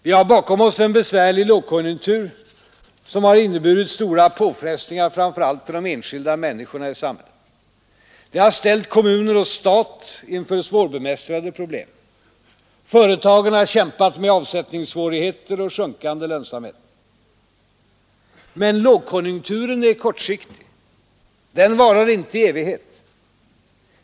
Vi har bakom oss en besvärlig lågkonjunktur, som har inneburit stora påfrestningar framför allt för de enskilda människorna i samhället. Den har ställt kommuner och stat inför svårbemästrade problem. Företagen har kämpat med avsättningssvårigheter och sjunkande lönsamhet. Men lågkonjunkturen är kortsiktig. Den varar inte i evighet.